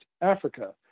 africa